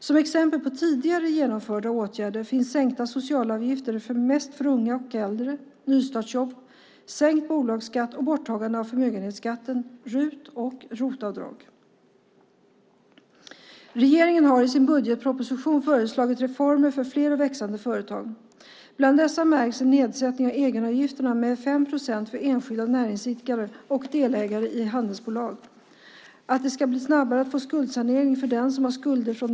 Som exempel på tidigare vidtagna åtgärder kan nämnas sänkta socialavgifter - mest för unga och äldre - nystartsjobb, sänkt bolagsskatt, borttagandet av förmögenhetsskatten samt RUT och ROT-avdrag. Regeringen föreslår i sin budgetproposition reformer för fler och växande företag. Bland dessa reformer märks en nedsättning av egenavgifterna med 5 procent för enskilda näringsidkare och delägare i handelsbolag samt att det ska gå snabbare för den som har skulder från näringsverksamhet att få skuldsanering.